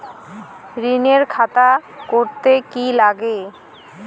ঋণের খাতা করতে কি লাগে?